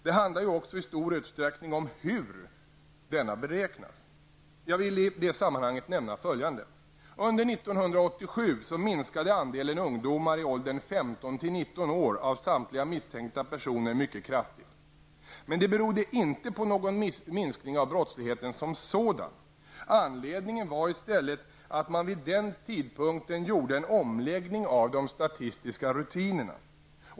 Det handlar ju också i stor utsträckning om hur denna beräknas. Jag vill i det sammanhanget nämna följande. 15--19 år av samtliga misstänkta personer mycket kraftigt. Men detta berodde inte på någon minskning av brottsligheten som sådan. Anledningen var i stället att man vid den tidpunkten gjorde en omläggning av de statistiska rutinerna.